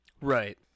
Right